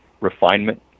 refinement